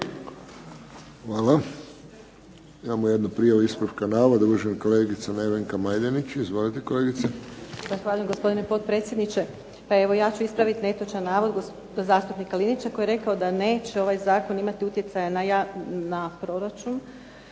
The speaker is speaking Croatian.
Hvala. Imamo jednu prijavu ispravka navoda, uvažena kolegica Nevenka Majdenić. Izvolite kolegice. **Majdenić, Nevenka (HDZ)** Zahvaljujem gospodine potpredsjedniče. Pa evo ja ću ispraviti netočan navod zastupnika Linića koji je rekao da neće ovaj zakon imati utjecaja na proračun